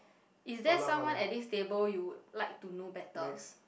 is there someone at this table you would like to know better